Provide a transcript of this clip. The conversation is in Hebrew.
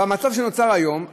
במצב שנוצר היום,